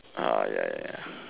ya ya ya